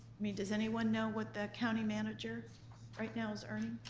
mean, does anyone know what the county manager right now is earning?